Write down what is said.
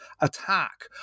attack